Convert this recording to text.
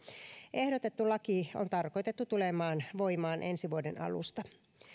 ehdotettu laki on tarkoitettu tulemaan voimaan ensi vuoden alusta